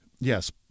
Yes